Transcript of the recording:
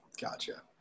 Gotcha